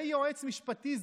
זה יועץ משפטי?